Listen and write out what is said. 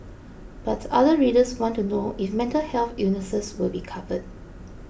but other readers want to know if mental health illnesses will be covered